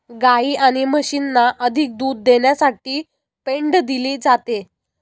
गायी आणि म्हशींना अधिक दूध देण्यासाठी पेंड दिली जाते